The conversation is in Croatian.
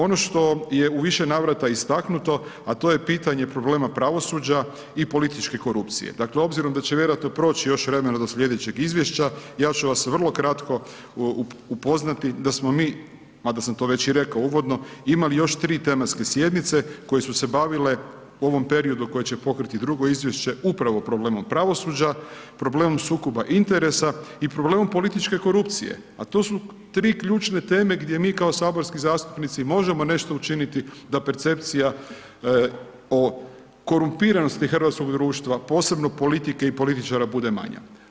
Ono što je u više navrata istaknuto, a to je pitanje problema pravosuđa i političke korupcije, dakle obzirom da će vjerojatno proći još vremena do slijedećeg izvješća, ja ću vas vrlo kratko upoznati da smo mi, mada sam to već i rekao uvodno, imali još tri tematske sjednice koje su se bavile ovom periodu koji će pokriti drugo izvješće upravo problemom pravosuđa, problemu sukoba interesa i problemom političke korupcije a to su tri ključne teme gdje mi kao saborski zastupnici možemo nešto učiniti da percepcija o korumpiranosti hrvatskog društva, posebno politike i političara bude manja.